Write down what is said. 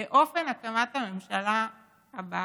לאופן הקמת הממשלה הבאה,